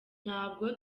ntabwo